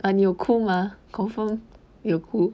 啊你有哭吗 confirm 有哭